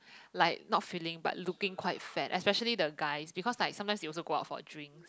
like not feeling but looking quite fat especially the guys because like sometimes they also go out for drinks